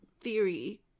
theory